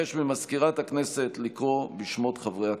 אבקש ממזכירת הכנסת לקרוא בשמות חברי הכנסת.